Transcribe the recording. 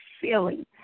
feeling